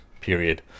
Period